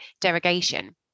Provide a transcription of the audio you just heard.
derogation